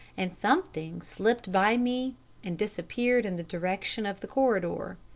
and something slipped by me and disappeared in the direction of the corridor.